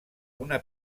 una